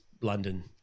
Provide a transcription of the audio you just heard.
London